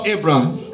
Abraham